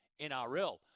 NRL